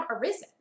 arisen